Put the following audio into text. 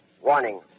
Warning